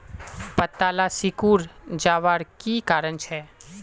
पत्ताला सिकुरे जवार की कारण छे?